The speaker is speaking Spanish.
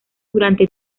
durante